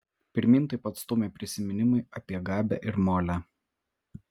pirmyn taip pat stūmė prisiminimai apie gabę ir molę